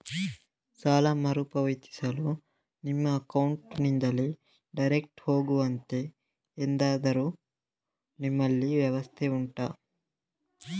ಸಾಲ ಮರುಪಾವತಿಯನ್ನು ನಮ್ಮ ಅಕೌಂಟ್ ನಿಂದಲೇ ಡೈರೆಕ್ಟ್ ಹೋಗುವಂತೆ ಎಂತಾದರು ನಿಮ್ಮಲ್ಲಿ ವ್ಯವಸ್ಥೆ ಉಂಟಾ